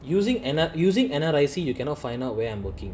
using N_R using N_R_I_C you cannot find out where I'm working